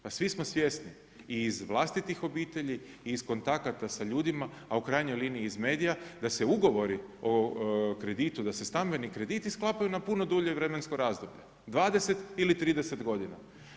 Pa svi smo svjesni i iz vlastitih obitelji i iz kontakata sa ljudima, a u krajnjoj liniji iz medija da se ugovori o krediti, da se stambeni krediti sklapaju na puno dulje vremensko razdoblje 20 ili 30 godina.